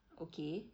okay okay